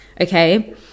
Okay